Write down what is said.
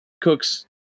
Cooks